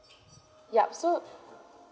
yup so